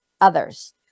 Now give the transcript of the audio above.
others